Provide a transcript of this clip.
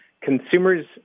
consumers